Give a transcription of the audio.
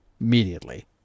immediately